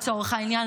לצורך העניין,